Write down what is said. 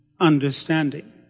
understanding